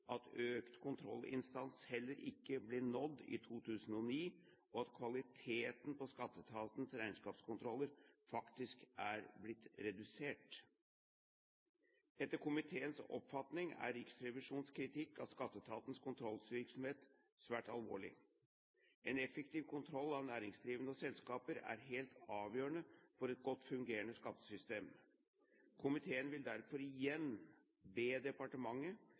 at økt kontrollinnsats heller ikke ble nådd i 2009, og at kvaliteten på skatteetatens regnskapskontroller faktisk er blitt redusert. Etter komiteens oppfatning er Riksrevisjonens kritikk av skatteetatens kontrollvirksomhet svært alvorlig. En effektiv kontroll av næringsdrivende og selskaper er helt avgjørende for et godt fungerende skattesystem. Komiteen vil derfor igjen be departementet